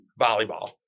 volleyball